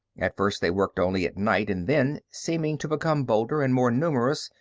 at first they worked only at night and then, seeming to become bolder and more numerous,